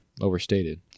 overstated